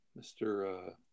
Mr